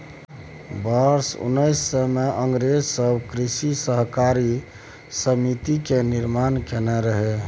वर्ष उन्नैस सय मे अंग्रेज सब कृषि सहकारी समिति के निर्माण केने रहइ